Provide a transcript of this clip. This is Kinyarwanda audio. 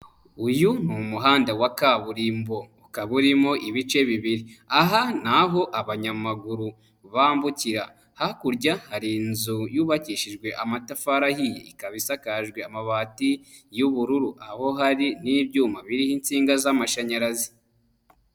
Uyu ni umuhanda wa kaburimbo, ukaba urimo ibice bibiri. Aha ni aho abanyamaguru bambukira. Hakurya hari inzu yubakishijwe amatafari ahiye, ikaba isakajwe amabati y'ubururu, aho hari n'ibyuma biriho insinga z'amashanyarazi.